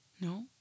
No